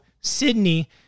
Sydney